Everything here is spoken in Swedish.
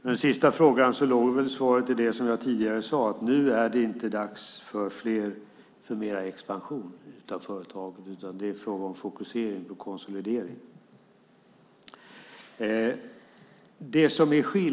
Fru talman! Svaret på den sista frågan låg väl i det som jag tidigare sade, att nu är det inte dags för mer expansion av företaget utan det är fråga om fokusering på konsolidering.